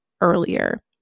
earlier